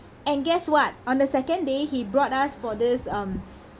and guess what on the second day he brought us for this um